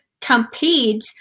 compete